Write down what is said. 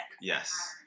Yes